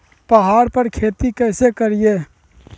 पहाड़ पर खेती कैसे करीये?